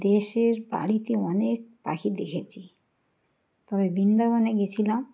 দেশের বাড়িতে অনেক পাখি দেখেছি তবে বৃন্দাবনে গেছিলাম